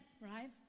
right